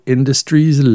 Industries